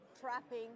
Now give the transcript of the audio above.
trapping